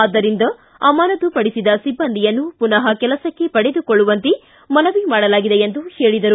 ಆದ್ದರಿಂದ ಅಮಾನತುಪಡಿಸಿದ ಸಿಬ್ಬಂದಿಯನ್ನು ಪುನಃ ಕೆಲಸಕ್ಕೆ ಪಡೆದುಕೊಳ್ಳುವಂತೆ ಮನವಿ ಮಾಡಲಾಗಿದೆ ಎಂದರು